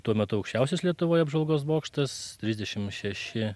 tuo metu aukščiausias lietuvoje apžvalgos bokštas trisdešim šeši